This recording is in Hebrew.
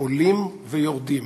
עולים ויורדים,